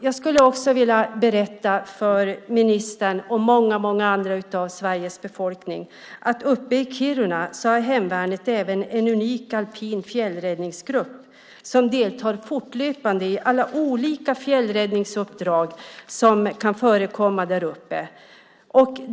Jag skulle vilja berätta för ministern och många, många andra i Sveriges befolkning att uppe i Kiruna har hemvärnet även en unik alpin fjällräddningsgrupp som deltar fortlöpande i alla olika fjällräddningsuppdrag som kan förekomma där uppe.